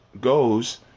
goes